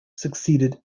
succeeded